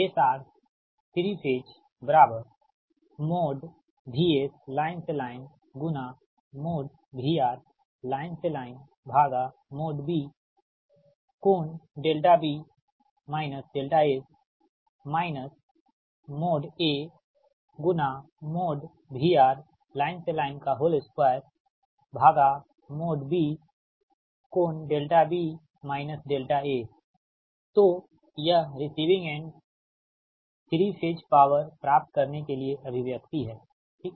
SR3 VSL LVRL LB∠B S AVRL L2B∠ तो यह receiving end 3 phase power प्राप्त करने के लिए अभिव्यक्ति है ठीक